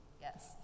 Yes